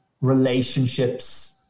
relationships